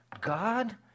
God